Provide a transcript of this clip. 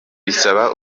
bisaba